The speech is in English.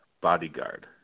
bodyguard